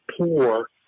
poor